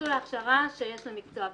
למסלול ההכשרה שיש למקצוע.